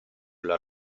della